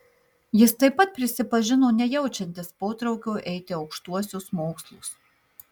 jis taip pat prisipažino nejaučiantis potraukio eiti aukštuosius mokslus